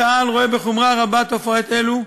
צה"ל רואה בחומרה רבה תופעות אלו,